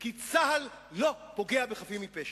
כי צה"ל לא פוגע בחפים מפשע.